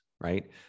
right